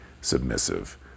submissive